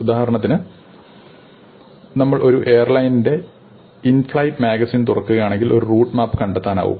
ഉദാഹരണത്തിന് നമ്മൾ ഒരു എയർലൈനിന്റെ ഇൻ ഫ്ലൈറ്റ്മാഗസിൻ തുറക്കുകയാണെങ്കിൽ ഒരു റൂട്ട് മാപ്പ് കണ്ടെത്താനാകും